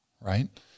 right